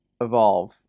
evolve